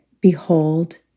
Behold